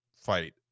fight